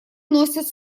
носят